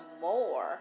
more